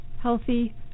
Healthy